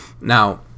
Now